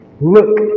look